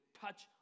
touch